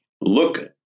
Look